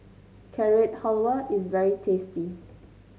Carrot Halwa is very tasty